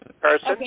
Person